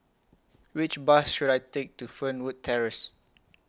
Which Bus should I Take to Fernwood Terrace